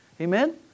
Amen